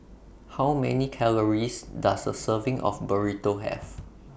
How Many Calories Does A Serving of Burrito Have